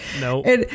No